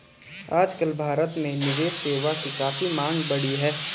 आजकल भारत में निवेश सेवा की काफी मांग बढ़ी है